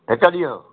हिकु ॾींहुं